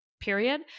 period